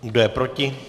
Kdo je proti?